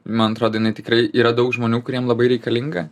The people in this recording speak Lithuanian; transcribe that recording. man atrodo jinai tikrai yra daug žmonių kuriem labai reikalinga